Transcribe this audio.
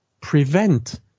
prevent